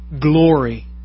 glory